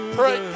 pray